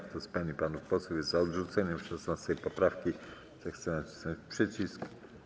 Kto z pań i panów posłów jest za odrzuceniem 16. poprawki, zechce nacisnąć przycisk.